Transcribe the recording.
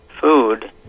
food